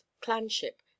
clanship